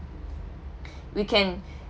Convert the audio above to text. we can